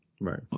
right